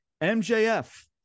MJF